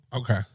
Okay